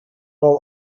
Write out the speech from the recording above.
all